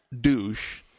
douche